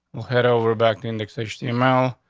we'll head over back to indexation amount.